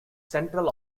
central